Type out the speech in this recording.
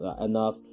enough